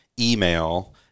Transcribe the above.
email